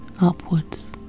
upwards